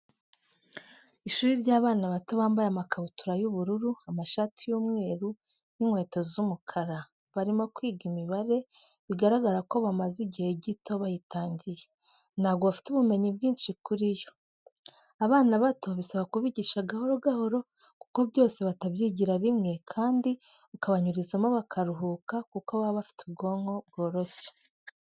Ishuri ry'abana bato bambaye amakabutura y'ubururu, amashati y'umweru n'inkweto z'umukara, barimo kwiga imibare bigaragara ko bamaze igihe gito bayitangiye, ntabwo bafite ubumenyi bwinshi kuri yo. Abana bato bisaba kubigisha gahoro gahoro kuko byose batabyigira rimwe kandi ukabanyurizamo bakaruhuka kuko baba bafite ubwonko bworoshye.